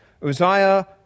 Uzziah